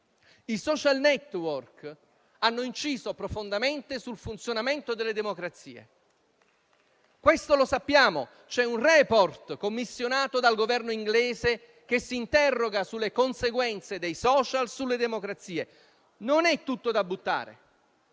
I *social network* hanno inciso profondamente sul funzionamento delle democrazie, lo sappiamo. C'è un *report* commissionato dal Governo inglese che si interroga sulle conseguenze dei *social* sulle democrazie. Non è tutto da buttare.